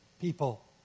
people